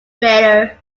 trader